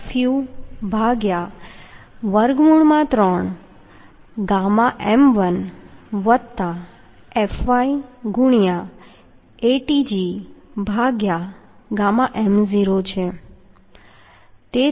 9Avnfu3 ɣm1fyAtgɣm0છે